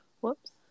whoops